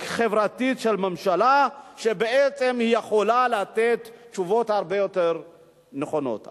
חברתית של ממשלה שבעצם יכולה לתת תשובות הרבה יותר נכונות.